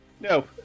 No